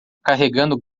carregando